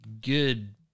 good